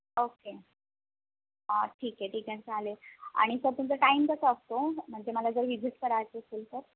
okay ठीक आहे ठीक आहे चालेल आणि सर तुमचा टाईम कसा असतो म्हणजे मला जर व्हिजिट करायचं असेल तर